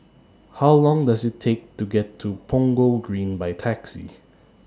How Long Does IT Take to get to Punggol Green By Taxi